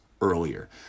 earlier